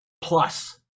plus